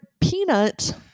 peanut